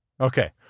Okay